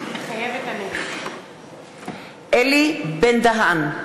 מתחייבת אני אלי בן-דהן,